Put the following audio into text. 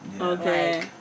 Okay